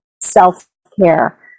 self-care